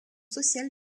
sociales